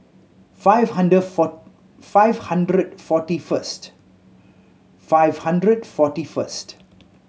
five hundred four five hundred forty first five hundred forty first